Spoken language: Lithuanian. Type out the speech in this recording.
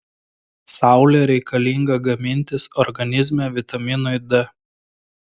saulė reikalinga gamintis organizme vitaminui d